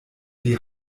die